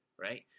right